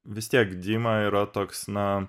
vis tiek dima yra toks na